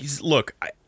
look